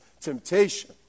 temptation